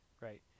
right